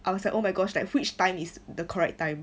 I was like oh my gosh like which time is the correct time